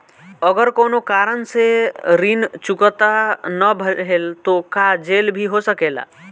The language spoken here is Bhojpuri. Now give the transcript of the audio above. अगर कौनो कारण से ऋण चुकता न भेल तो का जेल भी हो सकेला?